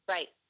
Right